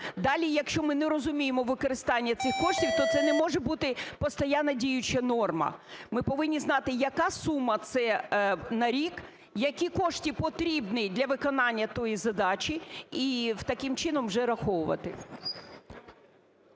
Далі, якщо ми не розуміємо використання цих коштів, то це не може бути постійно діюча норма. Ми повинні знати, яка сума це на рік, які кошти потрібні для виконання тієї задачі, і таким чином вже враховувати.